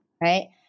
right